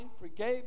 forgave